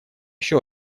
еще